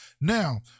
Now